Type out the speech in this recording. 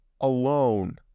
alone